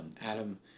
Adam